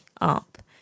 up